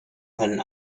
können